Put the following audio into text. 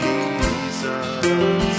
Jesus